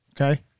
Okay